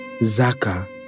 Zaka